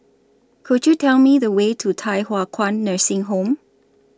Could YOU Tell Me The Way to Thye Hua Kwan Nursing Home